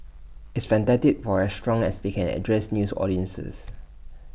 it's fantastic for restaurants as they can address news audiences